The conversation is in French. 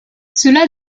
cela